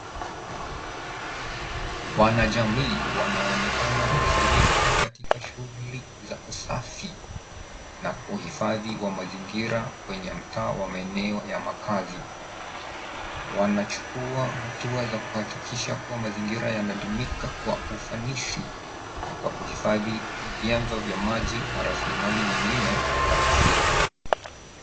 Wanajamii wanaonekana kushiriki katika shughulia za usafi na uhifadhi wa mazingira kwenye mtaa wa maeneo ya makazi. Wanachukua hatua za kuhakikisha kuwa mazingira yanadumika kwa ufanisi kwa kuhifadhi vyanzo vya maji na raslimali nyingine za asili.